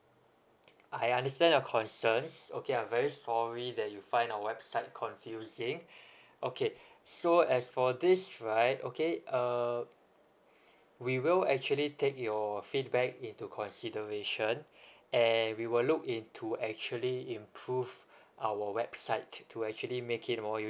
I understand your concerns okay I'm very sorry that you find our website confusing okay so as for this right okay err we will actually take your feedback into consideration and we will look into actually improve our website to actually make it more